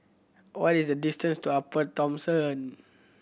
what is the distance to Upper Thomson